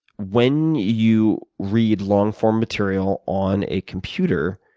when you read long-form material on a computer,